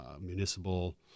municipal